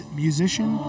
musician